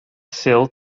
sul